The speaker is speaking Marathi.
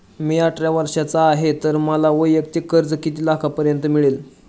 मी अठरा वर्षांचा आहे तर मला वैयक्तिक कर्ज किती लाखांपर्यंत मिळेल?